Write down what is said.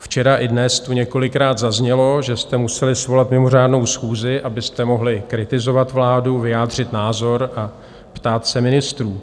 Včera i dnes tu několikrát zaznělo, že jste museli svolat mimořádnou schůzi, abyste mohli kritizovat vládu, vyjádřit názor a ptát se ministrů.